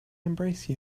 embrace